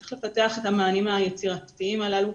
צריך לפתח את המענים היצירתיים הללו,